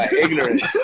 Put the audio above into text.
ignorance